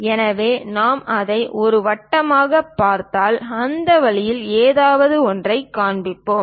எனவே நாம் அதை ஒரு வட்டமாகப் பார்த்தால் அந்த வழியில் ஏதாவது ஒன்றைக் காண்போம்